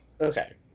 Okay